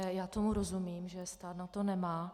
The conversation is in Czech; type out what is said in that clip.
Já tomu rozumím, že stát na to nemá.